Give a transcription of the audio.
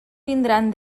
tindran